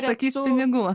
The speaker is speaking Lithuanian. sakysite pinigų